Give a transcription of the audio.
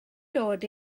dod